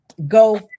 go